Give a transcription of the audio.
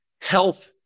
health